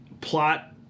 plot